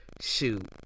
shoot